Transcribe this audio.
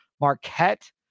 Marquette